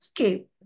okay